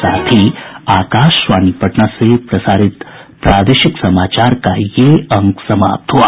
इसके साथ ही आकाशवाणी पटना से प्रसारित प्रादेशिक समाचार का ये अंक समाप्त हुआ